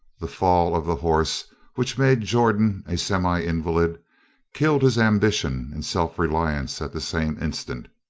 the fall of the horse which made jordan a semi-invalid, killed his ambition and self-reliance at the same instant.